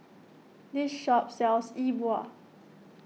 this shop sells E Bua